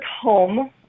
home